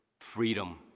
freedom